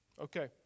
Okay